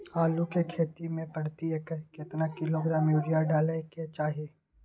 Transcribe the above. आलू के खेती में प्रति एकर केतना किलोग्राम यूरिया डालय के चाही?